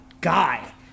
guy